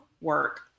work